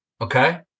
Okay